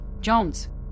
Jones